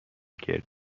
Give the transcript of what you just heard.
کردی